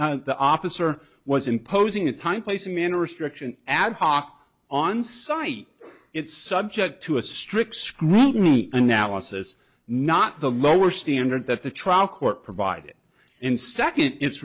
the office or was imposing a time placing man or restriction ad hoc on site it's subject to a strict scrutiny analysis not the lower standard that the trial court provided in second i